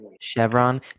Chevron